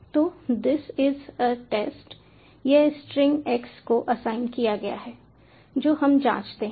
तो this is a test यह string x को असाइन किया गया है जो हम जांचते हैं